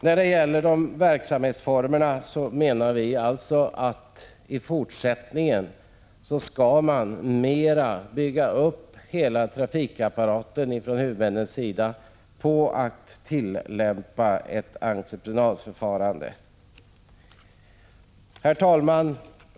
När det gäller verksamhetsformerna menar vi alltså att huvudmännen i fortsättningen skall bygga upp hela trafikapparaten mera med tillämpning av ett entreprenadförfarande. Herr talman!